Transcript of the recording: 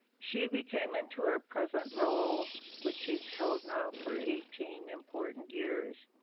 she became into her present role which is held now for eighteen important years.